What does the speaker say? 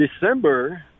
December